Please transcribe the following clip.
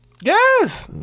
Yes